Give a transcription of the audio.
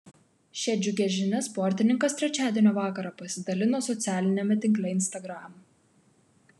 šia džiugia žinia sportininkas trečiadienio vakarą pasidalino socialiniame tinkle instagram